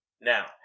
now